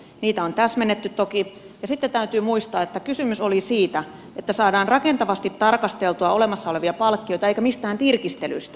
niitä on täsmennetty toki ja sitten täytyy muistaa että kysymys oli siitä että saadaan rakentavasti tarkasteltua olemassa olevia palkkioita eikä mistään tirkistelystä